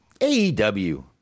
AEW